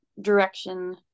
direction